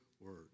word